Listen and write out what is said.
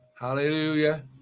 Hallelujah